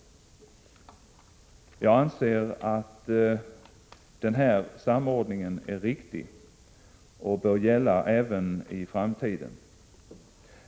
Jag anser att den här samordningen är riktig och bör gälla även i framtiden.